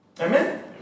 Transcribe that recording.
Amen